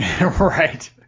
Right